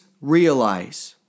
realize